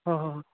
ꯍꯣꯏ ꯍꯣꯏ ꯍꯣꯏ